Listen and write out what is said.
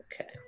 Okay